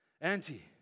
auntie